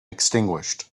extinguished